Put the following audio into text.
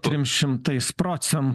trim šimtais procentų